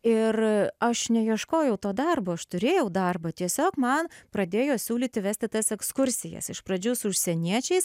ir aš neieškojau to darbo aš turėjau darbą tiesiog man pradėjo siūlyti vesti tas ekskursijas iš pradžių su užsieniečiais